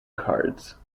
cards